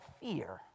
fear